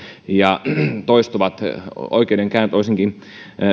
ja toistuvat oikeudenkäynnit olisinkin